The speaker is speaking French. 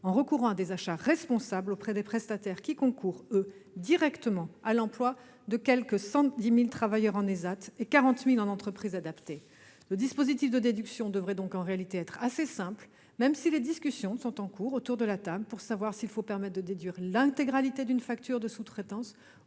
en recourant à des achats responsables auprès de prestataires qui concourent directement, eux, à l'emploi de quelque 110 000 travailleurs en ESAT et 40 000 en entreprise adaptée. Le dispositif de déduction devrait donc être en définitive assez simple, même si les discussions sont en cours pour savoir s'il faut permettre de déduire l'intégralité d'une facture de sous-traitance